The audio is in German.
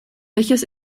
welches